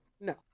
No